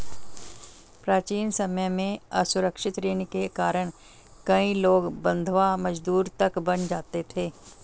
प्राचीन समय में असुरक्षित ऋण के कारण कई लोग बंधवा मजदूर तक बन जाते थे